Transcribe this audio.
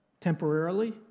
temporarily